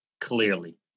Clearly